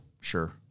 Sure